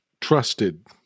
trusted